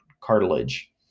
cartilage